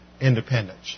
independence